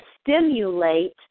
stimulate